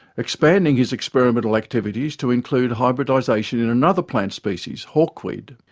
expanding his experimental activities to include hybridization in another plant species, hawkweed.